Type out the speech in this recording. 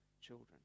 children